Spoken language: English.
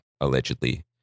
allegedly